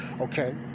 okay